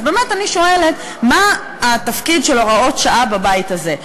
אז באמת אני שואלת: מה התפקיד של הוראות שעה בבית הזה?